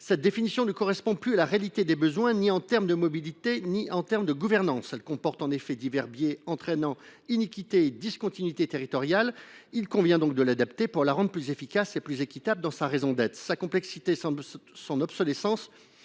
cette définition ne correspond plus à la réalité des besoins en matière ni de mobilités ni de gouvernance. En effet, elle comporte divers biais, entraînant inéquité et discontinuité territoriales. Il convient de l’adapter, pour la rendre plus efficace et plus équitable dans sa raison d’être. Sa complexité et son obsolescence